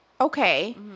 okay